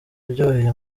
uryoheye